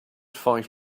five